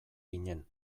ginen